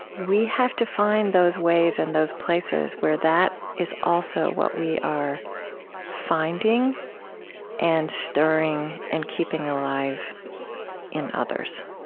we have to find those ways and those places where that is also what we are finding and stirring and keeping alive in others.